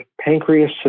pancreas